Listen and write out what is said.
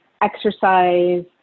exercise